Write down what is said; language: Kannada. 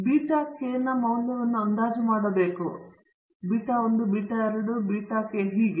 ನಾವು beta k ನ ಮೌಲ್ಯವನ್ನು ಅಂದಾಜು ಮಾಡಬೇಕು ಬೀಟಾ 1 ಹೀಗೆ